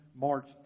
March